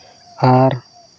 ᱟᱨ